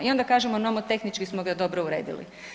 I onda kažemo nomotehnički smo ga dobro uredili.